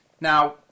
Now